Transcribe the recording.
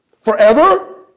forever